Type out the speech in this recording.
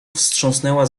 wstrząsnęła